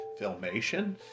Filmation